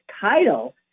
title